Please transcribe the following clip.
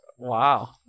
Wow